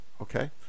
Okay